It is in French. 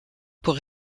pour